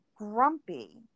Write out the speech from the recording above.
grumpy